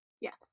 Yes